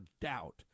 doubt